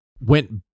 went